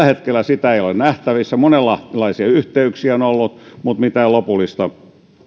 hetkellä sitä ei ole nähtävissä monenlaisia yhteyksiä on ollut mutta mitään lopullista